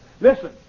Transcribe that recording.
Listen